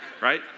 right